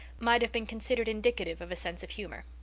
might have been considered indicative of a sense of humor.